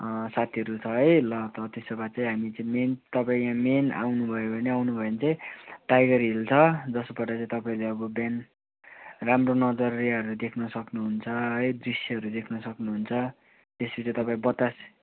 साथीहरू छ है ल त त्यसो भए चाहिँ हामी चाहिँ मेन तपाईँ यहाँ मेन आउनुभयो भने आउनुभयो भने चाहिँ टाइगर हिल छ जसबाट चाहिँ तपाईँले अब बिहान राम्रो नजरियाहरू देख्न सक्नुहुन्छ है दृश्यहरू देख्न सक्नुहुन्छ त्यसरी तपाईँ बतास